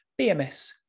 BMS